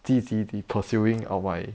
积极地 pursuing out my